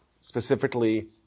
specifically